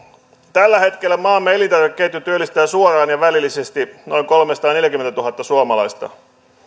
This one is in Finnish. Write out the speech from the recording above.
tällä hetkellä maamme elintarvikeketju työllistää suoraan ja välillisesti noin kolmesataaneljäkymmentätuhatta suomalaista